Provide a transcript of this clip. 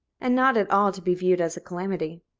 and not at all to be viewed as a calamity.